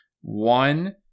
One